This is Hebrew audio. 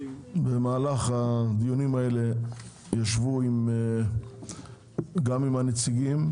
במהלך הדיונים האלה ישבו גם עם נציגי